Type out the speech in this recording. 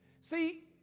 See